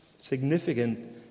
significant